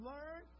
Learn